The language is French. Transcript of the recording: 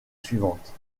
suivantes